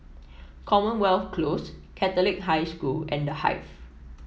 Commonwealth Close Catholic High School and The Hive